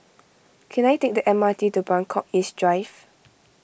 can I take the M R T to Buangkok East Drive